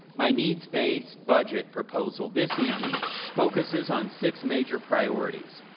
my needs-based budget proposal this evening focuses on six major priorities.